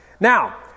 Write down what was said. Now